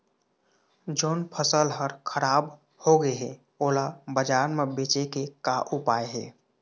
जोन फसल हर खराब हो गे हे, ओला बाजार म बेचे के का ऊपाय हे?